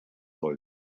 sollte